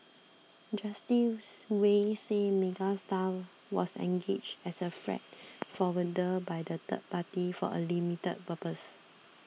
Justice Wei said Megastar was engaged as a freight forwarder by the third party for a limited purpose